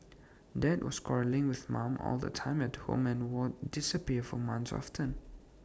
dad was quarrelling with mum all the time at home and would disappear for months often